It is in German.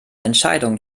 entscheidung